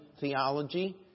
theology